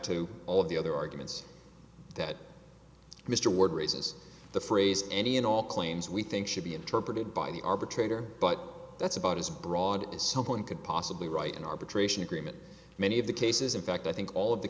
to all of the other arguments that mr ward raises the phrase any and all claims we think should be interpreted by the arbitrator but that's about as broad as someone could possibly write in arbitration agreement many of the cases in fact i think all of the